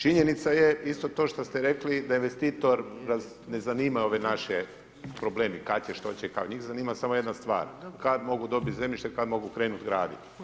Činjenica je isto to što ste rekli da investitora ne zanimaju ovi naši problemi, kad će, što će, njih zanima samo jedna stvar, kad mogu dobiti zemljište, kad mogu krenuti graditi.